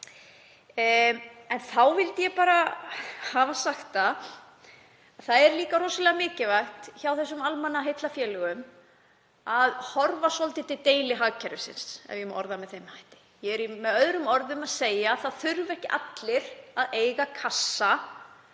En ég vil segja: Það er líka rosalega mikilvægt hjá þessum almannaheillafélögum að horfa svolítið til deilihagkerfisins, ef ég má orða það með þeim hætti. Ég er með öðrum orðum að segja að ekki þurfi allir að eiga kassa